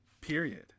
Period